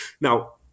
Now